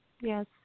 Yes